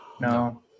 No